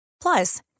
Plus